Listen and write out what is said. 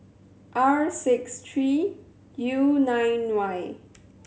R six three U nine Y